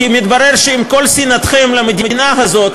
כי מתברר שעם כל שנאתכם למדינה הזאת,